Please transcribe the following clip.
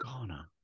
Ghana